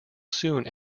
soon